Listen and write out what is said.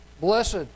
Blessed